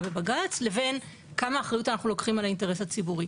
בבג"ץ לבין כמה אחריות אנחנו לוקחים על האינטרס הציבורי